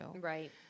Right